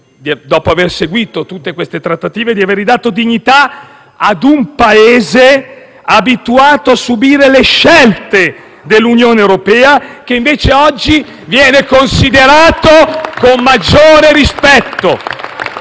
dopo aver seguito tutte queste trattative - ad un Paese abituato a subire le scelte dell'Unione europea e che invece oggi viene considerato con maggiore rispetto.